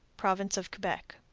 province of quebec.